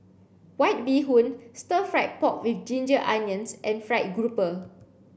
white bee hoon stir fried pork with ginger onions and fried grouper